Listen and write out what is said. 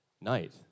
night